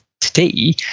today